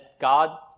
God